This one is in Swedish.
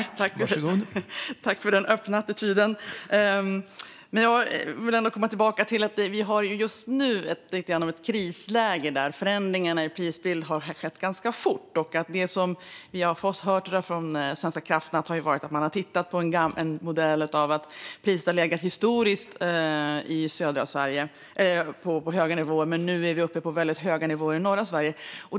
Herr talman! Tack, Mats Green, för den öppna attityden! Jag vill komma tillbaka till att vi just nu har något av ett krisläge, där förändringarna i prisbilden har skett ganska fort. Det vi har fått höra från Svenska kraftnät är att man har tittat på en modell som bygger på att priserna historiskt har legat på höga nivåer i södra Sverige, men nu är vi uppe på väldigt höga nivåer i norra Sverige.